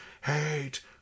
hate